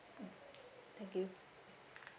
mm thank you